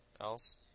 else